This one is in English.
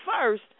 first